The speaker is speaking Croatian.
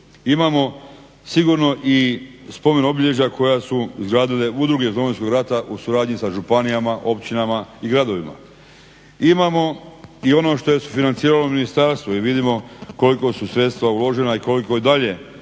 Imamo sigurno i spomenobilježja koja su izgradile udruge iz Domovinskog rata u suradnji sa županijama, općinama i gradovima. Imamo i ono što su sufinanciralo ministarstvo i vidimo koliko su sredstava uložena i koliko se i dalje